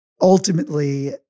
ultimately-